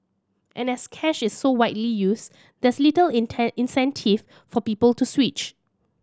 and as cash is so widely used there's little incentive for people to switch